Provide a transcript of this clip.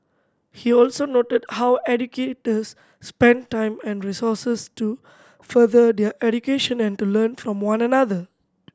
he also noted how educators spend time and resources to further their education and to learn from one another